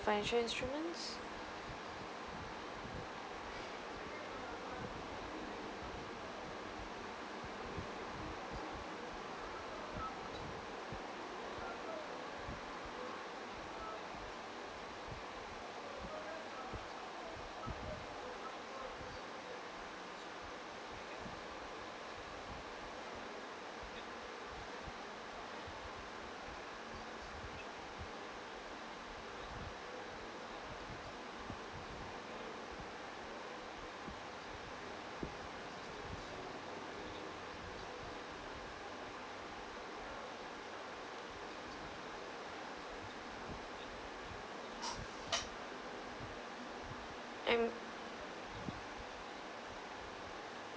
financial instruments and